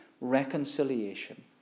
reconciliation